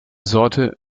sorte